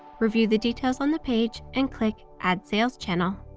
review the details on the page and click add sales channel.